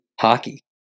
hockey